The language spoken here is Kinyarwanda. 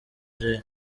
jay